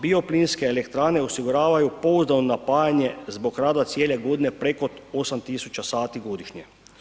Bioplinske elektrane osiguravaju pouzdano napajanje zbog rada cijele godine preko 8000 sati godišnje.